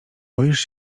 boisz